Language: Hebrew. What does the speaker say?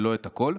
ולא את הכול.